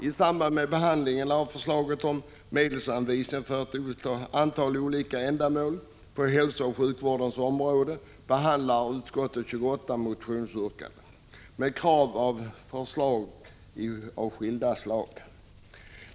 I samband med behandlingen av förslaget om medelsanvisning för ett antal olika ändamål på hälsooch sjukvårdens område behandlar utskottet 28 motionsyrkanden med krav och förslag av skilda slag.